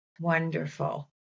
wonderful